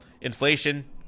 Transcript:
inflation